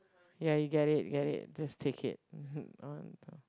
ya you get it you get it just take it